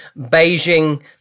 Beijing